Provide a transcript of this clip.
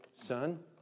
son